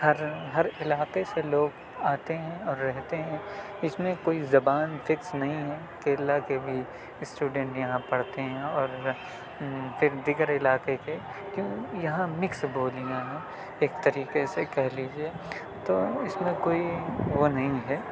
ہر ہر علاقے سے لوگ آتے ہیں اور رہتے ہیں اس میں کوئی زبان فکس نہیں ہیں کیرلا کے بھی اسٹوڈنٹ یہاں پڑھتے ہیں اور پھر دیگر علاقے کے کیوں یہاں مکس بولیاں ہیں ایک طریقے سے کہہ لیجیے تو اس میں کوئی وہ نہیں ہے